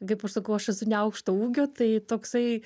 kaip aš sakau aš esu neaukšto ūgio tai toksai